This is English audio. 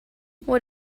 what